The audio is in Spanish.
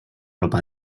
ropa